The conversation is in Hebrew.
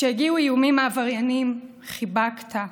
כשהגיעו איומים מעבריינים, חיבקת,